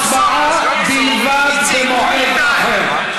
הצבעה בלבד במועד אחר.